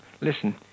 Listen